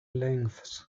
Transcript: lengths